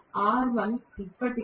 R1 ఇప్పటికే 2